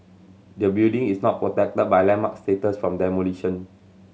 the building is not protected by landmark status from demolition